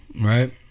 right